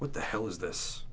what the hell is this